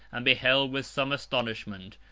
and beheld, with some astonishment,